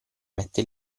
mette